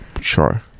Sure